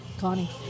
Connie